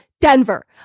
Denver